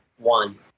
one